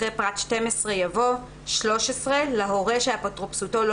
אחרי פרט (12) יבוא: "(13)להורה שאפוטרופסותו לא